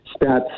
stats